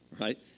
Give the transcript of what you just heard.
right